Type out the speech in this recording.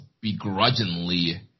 begrudgingly